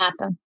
happen